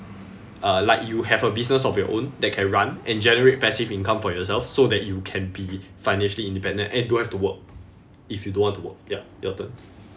uh like you have a business of your own that can run and generate passive income for yourself so that you can be financially independent and don't have to work if you don't want to work ya your turn